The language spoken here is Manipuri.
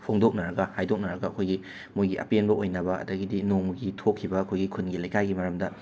ꯐꯣꯡꯗꯣꯛꯅꯔꯒ ꯍꯥꯏꯗꯣꯛꯅꯔꯒ ꯑꯩꯈꯣꯏꯒꯤ ꯃꯣꯏꯒꯤ ꯑꯄꯦꯟꯕ ꯑꯣꯏꯅꯕ ꯑꯗꯒꯤꯗꯤ ꯅꯣꯡꯃꯒꯤ ꯊꯣꯛꯈꯤꯕ ꯑꯩꯈꯣꯏꯒꯤ ꯈꯨꯟꯒꯤ ꯂꯩꯀꯥꯏꯒꯤ ꯃꯔꯝꯗ